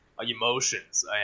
emotions